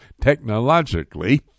technologically